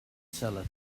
seller